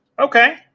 Okay